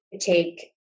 take